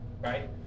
right